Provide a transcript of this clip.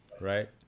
right